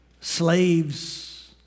slaves